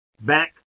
Back